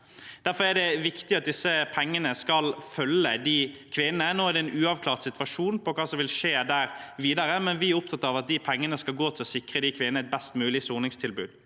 Derfor er det viktig at disse pengene skal følge disse kvinnene. Nå er det en uavklart situasjon om hva som vil skje der videre, men vi er opptatt av at de pengene skal gå til å sikre disse kvinnene et best mulig soningstilbud.